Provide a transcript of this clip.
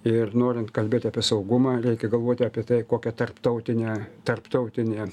ir norint kalbėti apie saugumą reikia galvoti apie tai kokia tarptautinė tarptautinė